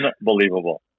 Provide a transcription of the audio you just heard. unbelievable